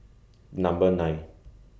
Number nine